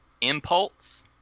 Impulse